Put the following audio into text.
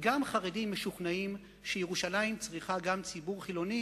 וגם חרדים משוכנעים שירושלים צריכה גם ציבור חילוני,